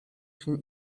się